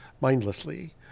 mindlessly